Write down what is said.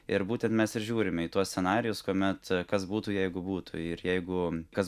ir būtent mes ir žiūrime į tuos scenarijus kuomet kas būtų jeigu būtų ir jeigu kas